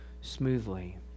smoothly